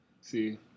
See